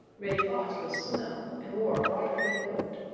reddy fox was slim and wore a bright red coat.